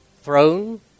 throne